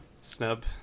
snub